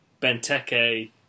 Benteke